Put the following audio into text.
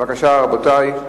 בבקשה, רבותי.